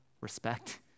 respect